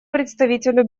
представителю